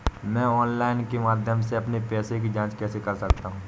मैं ऑनलाइन के माध्यम से अपने पैसे की जाँच कैसे कर सकता हूँ?